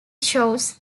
shores